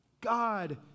God